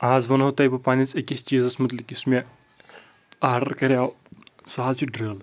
آز وَنو تۄہہِ بہٕ پنٛنِس أکِس چیٖزَس متعلِق یُس مےٚ آرڈَر کَریو سُہ حظ چھِ ڈِرٛل